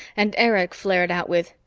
and erich flared out with,